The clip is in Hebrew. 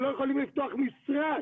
הם לא יכולים לפתוח משרד,